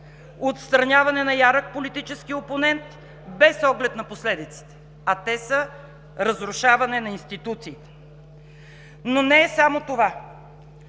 отстраняване на ярък политически опонент, без оглед на последиците, а те са разрушаване на институциите. Но не е само това.